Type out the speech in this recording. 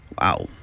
Wow